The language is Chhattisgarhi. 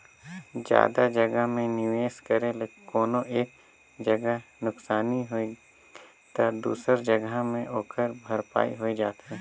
जादा जगहा में निवेस करे ले कोनो एक जगहा नुकसानी होइ गे ता दूसर जगहा में ओकर भरपाई होए जाथे